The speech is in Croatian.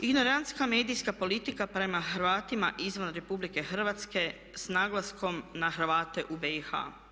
Ignorantska medijska politika prema Hrvatima izvan RH s naglaskom na Hrvate u BiH.